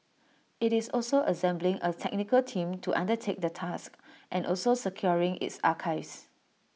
IT is also assembling A technical team to undertake the task and also securing its archives